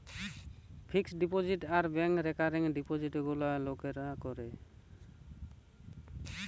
fixed deposit আর ব্যাংকে recurring ডিপোজিটে গুলা লোকরা করে